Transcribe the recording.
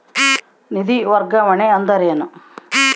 ನಿಧಿ ವರ್ಗಾವಣೆ ಅಂದರೆ ಏನು?